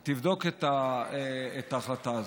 גם מתרבות, תבדוק את ההחלטה הזאת.